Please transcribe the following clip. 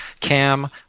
Cam